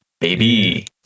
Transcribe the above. baby